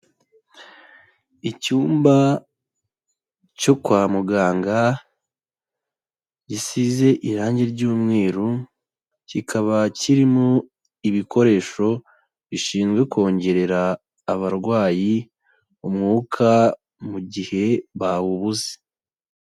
Icyumba cyo kwa muganga gisize irangi ry'umweru kikaba kirimo ibikoresho bishinzwe kongerera abarwayi umwuka mu gihe bawubuze.